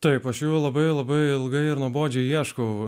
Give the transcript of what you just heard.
taip aš juo labai labai ilgai ir nuobodžiai ieškau